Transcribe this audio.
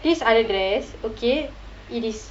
these other dress okay it is